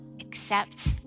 accept